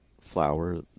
flower